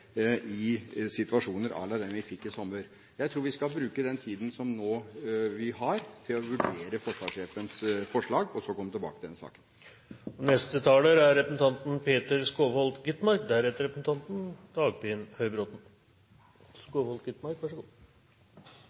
i situasjoner à la den vi fikk i sommer. Jeg tror vi skal bruke den tiden som vi nå har, til å vurdere forsvarssjefens forslag og så komme tilbake til saken. Jeg er glad for at statsråd Solheim er